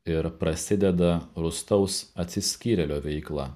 ir prasideda rūstaus atsiskyrėlio veikla